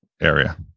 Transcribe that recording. area